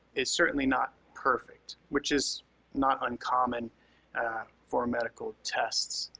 it's certainly not perfect, which is not uncommon for medical tests.